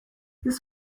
his